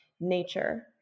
nature